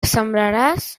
sembraràs